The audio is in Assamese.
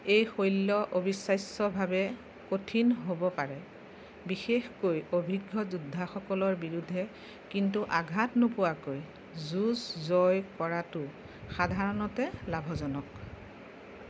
এই শৈলী অবিশ্বাস্যভাৱে কঠিন হ'ব পাৰে বিশেষকৈ অভিজ্ঞ যোদ্ধাসকলৰ বিৰুদ্ধে কিন্তু আঘাত নোপোৱাকৈ যুঁজ জয় কৰাটো সাধাৰণতে লাভজনক